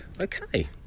Okay